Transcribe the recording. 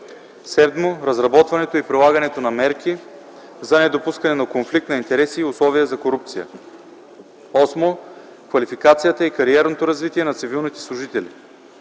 7. разработването и прилагането на мерки за недопускане на конфликт на интереси и условия за корупция; 8. квалификацията и кариерното развитие на цивилните служители;